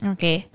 Okay